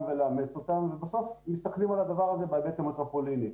ולאמץ אותן ובסוף מסתכלים על הדבר הזה בהיבט המטרופוליני.